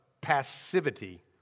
passivity